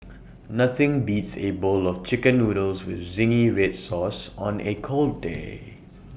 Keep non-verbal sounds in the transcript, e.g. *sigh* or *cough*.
nothing beats A bowl of Chicken Noodles with Zingy Red Sauce on A cold day *noise*